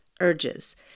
urges